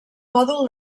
mòdul